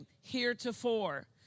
heretofore